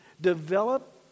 Develop